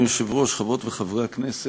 אדוני היושב-ראש, תודה רבה, חברות וחברי הכנסת,